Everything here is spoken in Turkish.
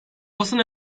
basın